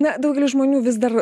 na daugelis žmonių vis dar